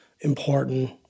important